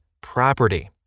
property